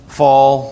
fall